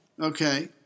Okay